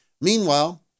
Meanwhile